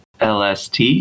LST